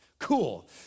Cool